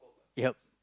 ya